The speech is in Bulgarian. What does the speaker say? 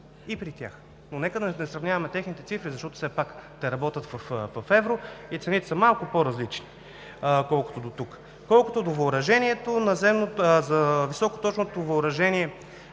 и на F-16. Но нека да не сравняваме техните цифри, защото все пак работят в евро и цените са малко по-различни, отколкото тук. Колкото за високоточното въоръжение